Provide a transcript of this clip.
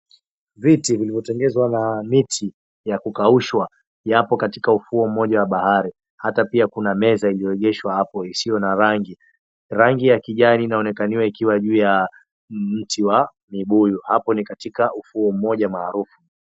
Viti vimetengenezwa na miti ya kukaushwa ,yapo Katika ufuo moja wa bahari hata pia Kuna meza ya ilioegeshwa hapo isiyo na rangi. Rangi ya kijani inaonekaniwa ikiwa juu ya mti wa mibuyu , hapo ni katika ufuo mmoja maarufu.